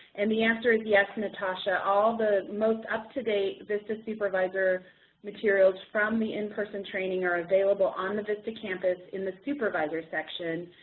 and the answer is yes, natasha, all the most up-to-date vista supervisor materials from the in-person training are available on the vista campus in the supervisor section,